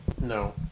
No